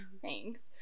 Thanks